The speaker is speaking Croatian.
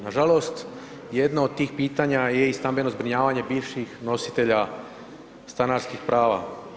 Nažalost, jedno od tih pitanja je i stambeno zbrinjavanje bivših nositelja stanarskih prava.